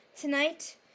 Tonight